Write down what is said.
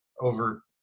over